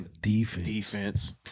Defense